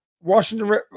Washington